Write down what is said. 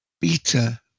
Beta